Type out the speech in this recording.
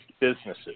businesses